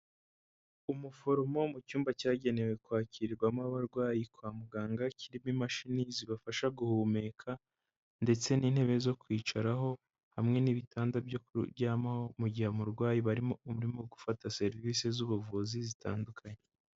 Umuforomo mu cyumba cyagenewe kwakirwamo abarwayi kwa muganga, kirimo imashini zibafasha guhumeka ndetse n'intebe zo kwicaraho, hamwe n'ibitanda byo kuryamaho mu gihe umurwayi barimo, urimo gufata serivisi z'ubuvuzi zitandukanye.